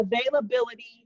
availability